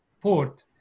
port